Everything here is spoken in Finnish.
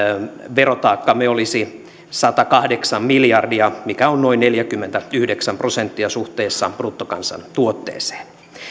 verotaakkamme olisi satakahdeksan miljardia mikä on noin neljäkymmentäyhdeksän prosenttia suhteessa bruttokansantuotteeseen